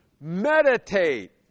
Meditate